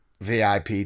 VIP